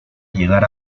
llegar